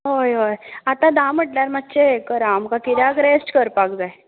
हय हय आतां धा म्हटल्यार मातशें हें करात आमकां कित्याक रॅस्ट करपाक जाय